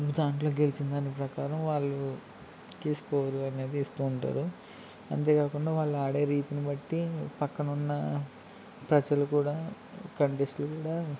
దాంట్లో గెలిచిన దాని ప్రకారం వాళ్ళు కి స్కోరు అనేది ఇస్తూ ఉంటారు అంతే కాకుండా వాళ్ళ ఆడే రీతిని బట్టి పక్కన ఉన్న ప్రజలు కూడా కంటెస్ట్లు కూడా